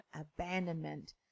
abandonment